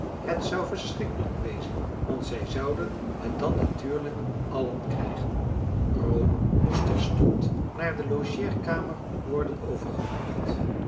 het zou verschrikkelijk wezen want zij zouden het dan natuurlijk allen krijgen ro moest terstond naar de logeerkamer worden overgebracht